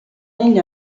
negli